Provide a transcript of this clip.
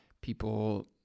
people